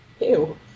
Ew